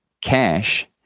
cash